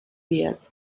wird